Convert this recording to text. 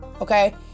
Okay